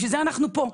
בשביל זה אנחנו פה.